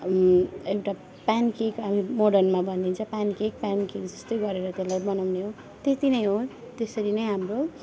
एउटा प्यानकेक मोडर्नमा भनिन्छ प्यानकेक प्यानकेक जस्तै गरेर त्यसलाई बनाउने हो त्यति नै हो त्यसरी नै हाम्रो